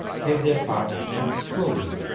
have their parts transposed,